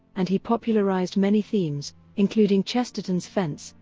and he popularized many themes, including chesterton's fence,